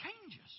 changes